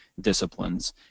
disciplines